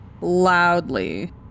loudly